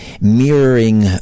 mirroring